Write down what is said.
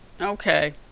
Okay